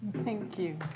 thank you.